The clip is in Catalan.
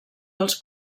els